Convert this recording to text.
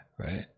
right